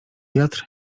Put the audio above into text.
wiatr